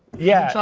yeah,